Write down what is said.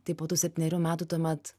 tai po tų septynerių metų tuomet